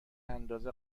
اندازه